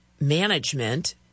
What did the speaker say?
management